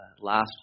last